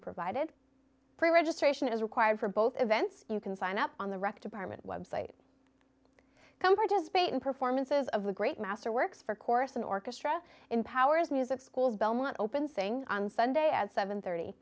provided free registration is required for both events you can sign up on the rec department website come participate in performances of the great master works for chorus an orchestra empowers music schools belmont open saying on sunday at seven